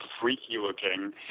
freaky-looking